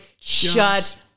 Shut